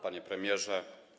Panie Premierze!